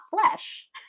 flesh